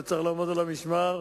וצריך לעמוד על המשמר,